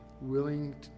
willing